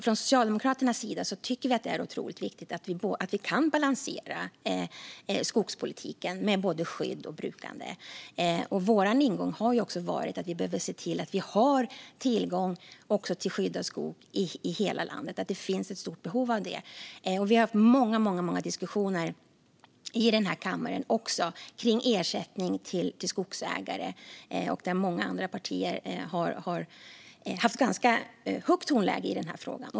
Från Socialdemokraternas sida tycker vi att det är otroligt viktigt att vi kan balansera skogspolitiken i fråga om både skydd och brukande. Vår ingång har varit att vi behöver se till att vi har tillgång till skydd av skog i hela landet. Det finns ett stort behov av det. Vi har haft många diskussioner i denna kammare också om ersättning till skogsägare. Då har många andra partier haft ett ganska högt tonläge i denna fråga.